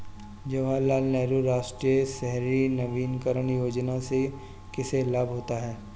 जवाहर लाल नेहरू राष्ट्रीय शहरी नवीकरण योजना से किसे लाभ होता है?